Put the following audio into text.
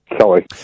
Sorry